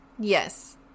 Yes